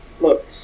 Look